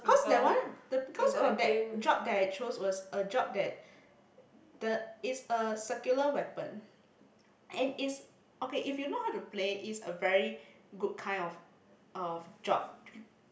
cause that one the because of that job that I chose was a job that the it's a circular weapon and it's okay if you know how to play it's a very good kind of of job